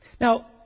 Now